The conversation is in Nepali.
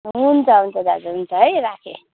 हुन्छ हुन्छ दाजु हुन्छ है राखेँ